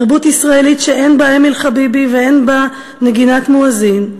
תרבות ישראלית שאין בה אמיל חביבי ואין בה נגינת מואזין,